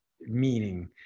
meaning